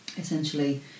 essentially